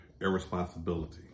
irresponsibility